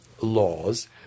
laws